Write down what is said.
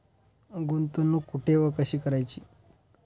गुंतवणूक कुठे व कशी करायची?